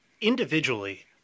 individually